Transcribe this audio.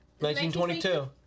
1922